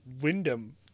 Wyndham